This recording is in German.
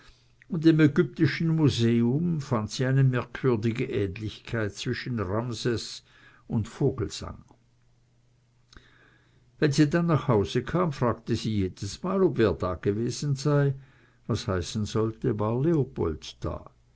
und im ägyptischen museum fand sie eine merkwürdige ähnlichkeit zwischen ramses und vogelsang wenn sie dann nach hause kam fragte sie jedesmal ob wer dagewesen sei was heißen sollte war leopold da